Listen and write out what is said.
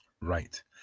right